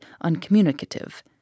uncommunicative